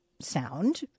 sound